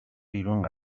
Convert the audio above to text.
بیرون